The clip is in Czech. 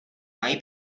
mají